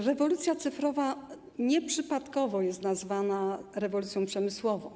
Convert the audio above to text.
Rewolucja cyfrowa nieprzypadkowo jest nazywana rewolucją przemysłową.